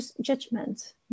judgment